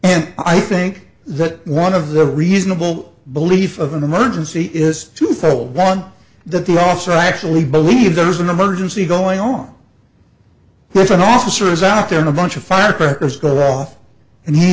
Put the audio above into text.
and i think that one of the reasonable belief of an emergency is twofold one that they also actually believe there is an emergency going on this one officer is out there in a bunch of firecrackers going off and he